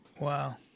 Wow